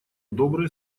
добрые